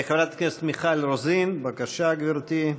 חברת הכנסת מיכל רוזין, בבקשה, גברתי.